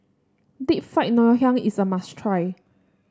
Deep Fried Ngoh Hiang is a must try